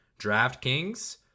DraftKings